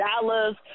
dollars